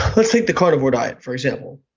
let's take the carnivore diet, for example.